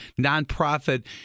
nonprofit